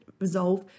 resolve